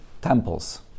temples